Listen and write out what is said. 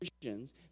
Christians